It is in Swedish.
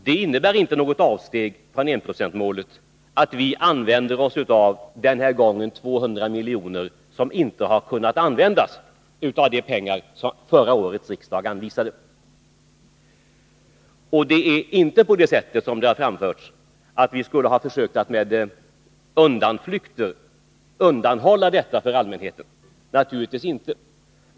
Det innebär inte något avsteg från enprocentsmålet att vi denna gång använder oss av 200 milj.kr. av de pengar som förra årets riksdag anvisade, men som då inte kunde användas. Det är inte på det sättet, som har framförts, att vi skulle ha försökt att med undanflykter undanhålla detta för allmänheten — naturligtvis inte.